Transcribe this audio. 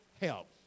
help